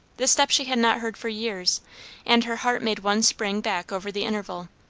the step she had not heard for years and her heart made one spring back over the interval.